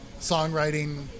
songwriting